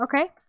Okay